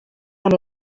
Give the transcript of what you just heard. amb